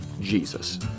Jesus